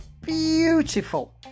beautiful